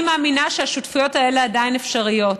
אני מאמינה שהשותפויות האלה עדיין אפשריות.